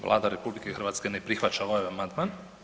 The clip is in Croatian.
Vlada RH ne prihvaća ovaj amandman.